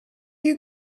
you